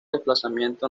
desplazamiento